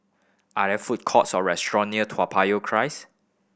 are there food courts or restaurant near Toa Payoh Crest